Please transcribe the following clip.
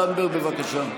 חברת הכנסת זנדברג, בבקשה.